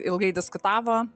ilgai diskutavo